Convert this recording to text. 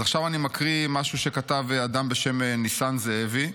עכשיו אני מקריא משהו שכתב אדם בשם ניסן זאבי,